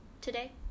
today